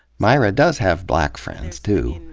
myra does have black friends, too.